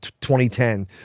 2010